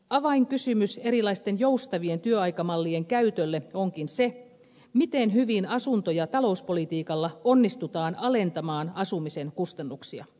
avainkysymys erilaisten joustavien työaikamallien käytölle onkin se miten hyvin asunto ja talouspolitiikalla onnistutaan alentamaan asumisen kustannuksia